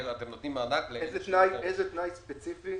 איזה תנאי ספציפי